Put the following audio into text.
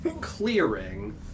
clearing